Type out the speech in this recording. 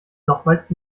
nochmals